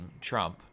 Trump